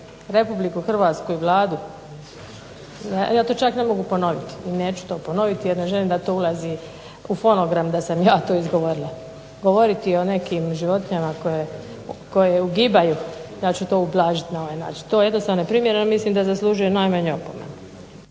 uspoređivati RH i Vladu. Ja to čak ne mogu ponoviti i neću to ponoviti jer ne želim da to ulazi u fonogram da sam ja to izgovorila. Govoriti o nekim životinjama koje ugibaju, ja ću to ublažiti na ovaj način. To je jednostavno neprimjereno, mislim da zaslužuje najmanje opomenu.